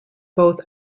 both